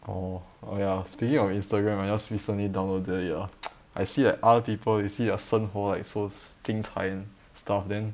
orh oh ya speaking of Instagram I just recently downloaded it ah I see like other people you see their 生活 like so 精彩 [one] stuff then